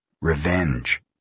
revenge